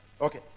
Okay